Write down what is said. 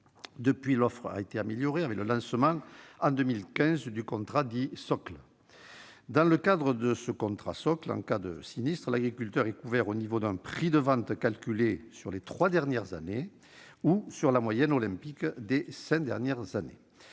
Depuis, l'offre a été améliorée, avec le lancement, en 2015, du contrat dit « socle ». Dans le cadre de ce contrat socle, en cas de sinistre, l'agriculteur est couvert au niveau d'un prix de vente calculé sur les trois dernières années ou sur la moyenne olympique des cinq dernières années.